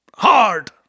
Hard